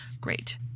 Great